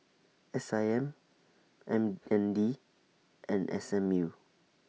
S I M M N D and S M U